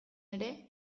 ere